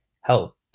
help